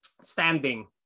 standing